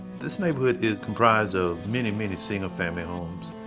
this neighborhood is comprised of many, many single family homes,